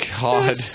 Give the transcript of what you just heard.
god